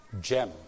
gem